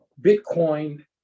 Bitcoin